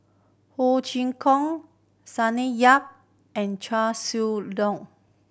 Ho Chee Kong Sonny Yap and Chia